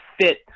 fit